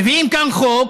מביאים כאן חוק